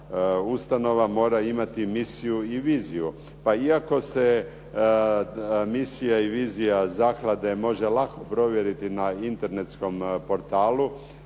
ustanova mora imati misiju i viziju. Pa iako se misija i vizija zaklade može lako provjeriti na internetskom portalu,